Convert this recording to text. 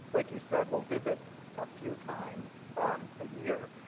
like you said, will visit a few times a year.